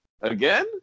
Again